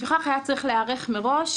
לפיכך היה צריך להיערך מראש,